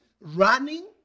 running